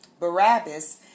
Barabbas